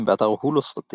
באתר Hulu סרטים